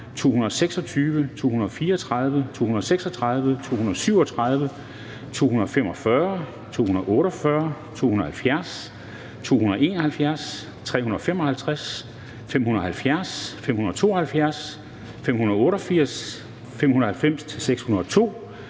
226, 234, 236, 237, 245, 248, 270, 271, 355, 570, 572, 588, 590-602